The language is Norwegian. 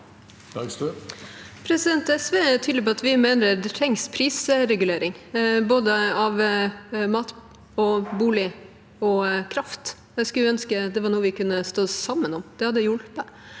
SV er tydelig på at vi mener det trengs prisregulering av både mat, bolig og kraft. Jeg skulle ønske det var noe vi kunne stå sammen om. Det hadde hjulpet.